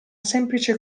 semplice